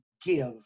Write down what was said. give